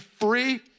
free